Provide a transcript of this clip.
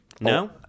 no